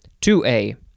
2A